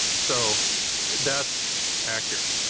so that's accurate.